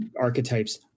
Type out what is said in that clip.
archetypes